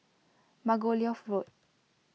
Margoliouth Road